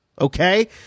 Okay